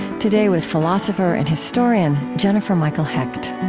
today, with philosopher and historian jennifer michael hecht